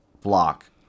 block